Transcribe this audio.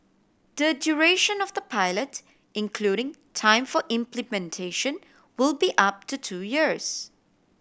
the duration of the pilot including time for implementation will be up to two years